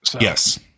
Yes